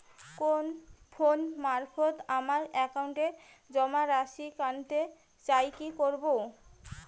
Phone মারফত আমার একাউন্টে জমা রাশি কান্তে চাই কি করবো?